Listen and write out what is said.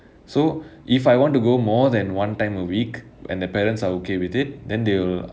so if I want to go more than one time a week and the parents are okay with it then they will